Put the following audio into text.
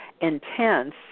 intense